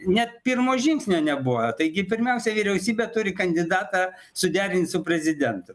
net pirmo žingsnio nebuvo taigi pirmiausia vyriausybė turi kandidatą suderint su prezidentu